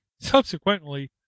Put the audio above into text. subsequently